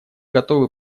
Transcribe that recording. готовы